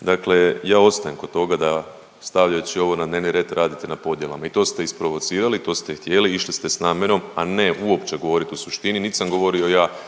dakle ja ostajem kod toga da stavljajući ovo na dnevni red radite na podjelama i to ste isprovocirali, to ste htjeli, išli ste s namjerom, a ne uopće govorit o suštini, nit sam govorio ja